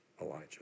Elijah